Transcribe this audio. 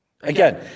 Again